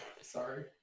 Sorry